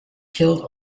killed